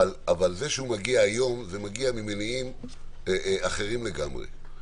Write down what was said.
זה שהוא מגיע היום, זה מגיע ממניעים אחרים לגמרי.